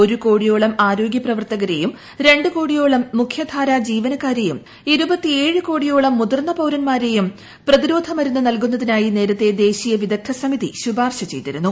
ഒരു കോടിയോളം ആരോഗ്യപ്രവർത്തുകരെയും രണ്ട് കോടിയോളം മുഖ്യധാര ജീവനക്കാരെയ്യു് കോടിയോളം മുതിർന്ന പൌരൻമാരെയും പ്രതിരോധ്യൂ മ്രുന്ന് നൽകുന്നതിനായി നേരത്തെ ദേശീയ വിദഗ്ധ സമീതി ് ശുപാർശ ചെയ്തിരുന്നു